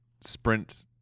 sprint